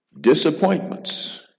Disappointments